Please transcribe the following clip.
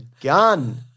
gun